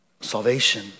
salvation